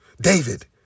David